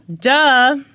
Duh